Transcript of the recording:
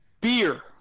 beer